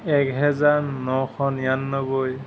একহেজাৰ নশ নিৰান্নব্বৈ